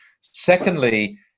Secondly